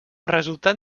resultat